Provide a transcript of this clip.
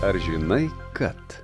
ar žinai kad